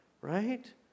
Right